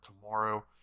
tomorrow